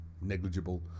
negligible